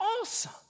awesome